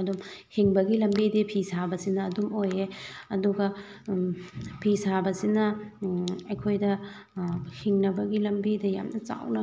ꯑꯗꯨꯝ ꯍꯤꯡꯕꯒꯤ ꯂꯝꯕꯤꯗꯤ ꯐꯤ ꯁꯥꯕꯁꯤꯅ ꯑꯗꯨꯝ ꯑꯣꯏꯌꯦ ꯑꯗꯨꯒ ꯐꯤ ꯁꯥꯕꯁꯤꯅ ꯑꯩꯈꯣꯏꯗ ꯍꯤꯡꯅꯕꯒꯤ ꯂꯝꯕꯤꯗ ꯌꯥꯝꯅ ꯆꯥꯎꯅ